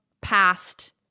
past